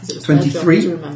twenty-three